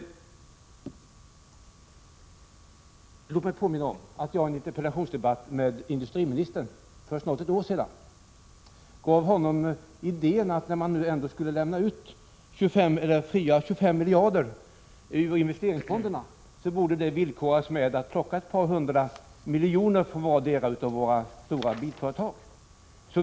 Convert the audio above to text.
Låt mig påminna om att jag i en interpellationsdebatt med industriministern för snart ett år sedan gav denne idén att man, när man ändå skulle frisläppa 25 miljarder från investeringsfonderna, borde villkora denna åtgärd med att vartdera av våra stora bilföretag skulle få betala ett par hundra miljoner.